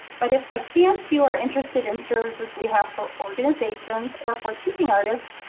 but if by chance you are interested in services we have for organizations or for teaching artists,